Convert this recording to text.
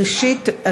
ראשית,